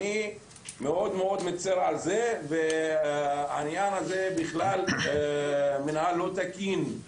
אני מאוד מצר על זה, זה מנוהל באופן לא תקין.